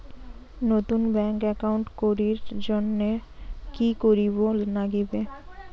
নতুন bank account করির জন্যে কি করিব নাগিবে?